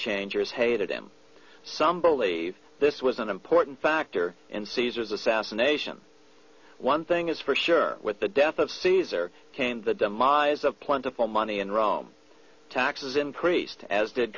changers hated him some believe this was an important factor in caesar's assassination one thing is for sure with the death of caesar came the demise of plentiful money in rome taxes increased as did